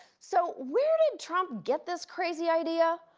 so where did trump get this crazy idea?